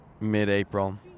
mid-April